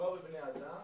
ובבני אדם